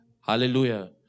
hallelujah